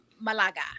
Malaga